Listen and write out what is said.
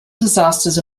disasters